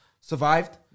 survived